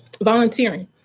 volunteering